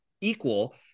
equal